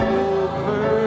over